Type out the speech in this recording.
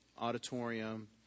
auditorium